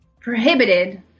prohibited